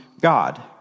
God